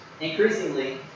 increasingly